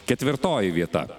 ketvirtoji vieta